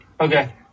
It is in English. Okay